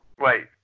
Wait